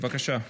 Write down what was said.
בבקשה.